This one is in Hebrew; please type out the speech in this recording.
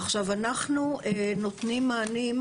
עכשיו, אנחנו נותנים מענים,